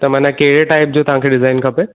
त माना कहिड़े टाइप जो तव्हांखे डिज़ाइन खपे